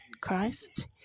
Christ